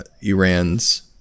Iran's